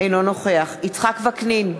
אינו נוכח יצחק וקנין,